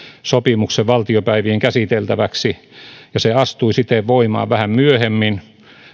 sopimuksen valtiopäivien käsiteltäväksi ja se astui siten voimaan vähän myöhemmin